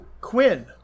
quinn